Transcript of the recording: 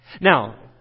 Now